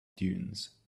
dunes